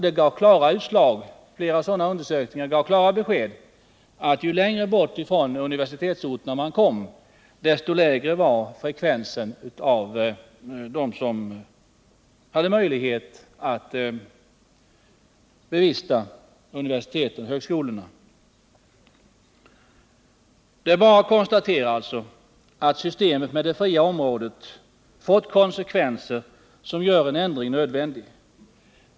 De gav klara besked om att ju längre bort från universitetsorterna man kom, desto lägre var frekvensen i fråga om dem som hade möjlighet att studera vid universitet och högskolor. Det är alltså bara att konstatera att systemet med det fria området fått konsekvenser som gör en ändring nödvändig.